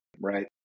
right